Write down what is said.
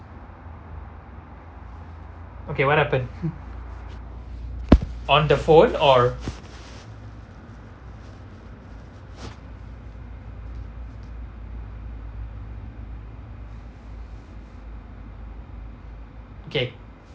okay what happen on the phone or okay